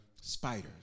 spiders